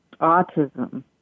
autism